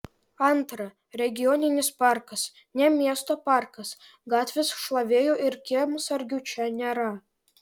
antra regioninis parkas ne miesto parkas gatvės šlavėjų ir kiemsargių čia nėra